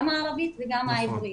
גם הערבית וגם העברית.